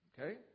Okay